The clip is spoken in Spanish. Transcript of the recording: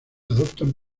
adoptan